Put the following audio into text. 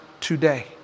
today